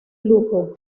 lujo